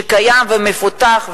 שקיים ומפותח,